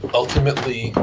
ultimately,